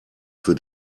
für